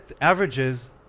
averages